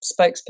spokesperson